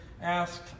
asked